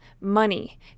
money